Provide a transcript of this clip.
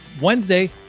wednesday